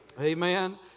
Amen